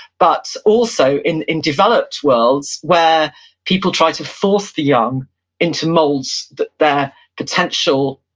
but also in in developed worlds where people try to force the young into molds that their potential,